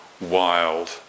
wild